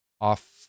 off